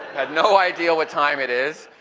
no idea what time it is.